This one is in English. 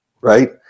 right